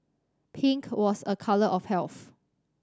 pink was a colour of health